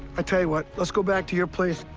i tell you what. let's go back to your place,